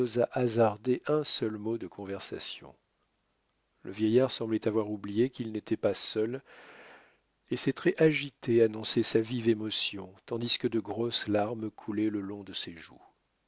hasarder un seul mot de conversation le vieillard semblait avoir oublié qu'il n'était pas seul et ses traits agités annonçaient sa vive émotion tandis que de grosses larmes coulaient le long de ses joues